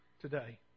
today